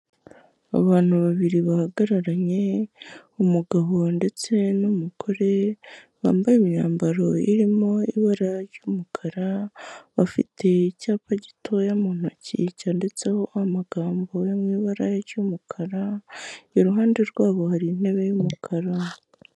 Abantu babiri bahagararanye umugabo ndetse n'umugore bambaye imyambaro irimo ibara ry'umukara bafite icyapa gitoya mu ntoki cyanditseho amagambo yo mu ibara ry'umukara iruhande rwabo hari intebe y'umukara.